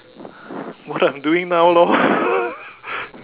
what I'm doing now lor